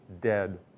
dead